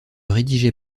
rédigeait